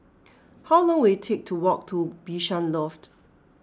how long will it take to walk to Bishan Loft